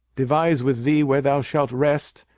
devise with thee where thou shalt rest,